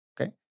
Okay